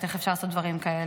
איך אפשר לעשות דברים כאלה.